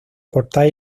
portar